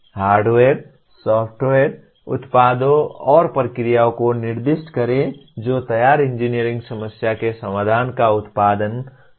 hardware software उत्पादों और प्रक्रियाओं को निर्दिष्ट करें जो तैयार इंजीनियरिंग समस्या के समाधान का उत्पादन कर सकते हैं